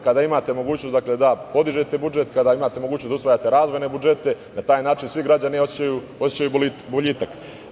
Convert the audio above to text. Kada imate mogućnost da podižete budžet, kada imate mogućnost da usvajate razvojne budžete, na taj način svi građani osećaju boljitak.